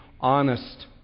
honest